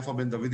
יפה בן דוד,